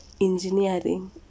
engineering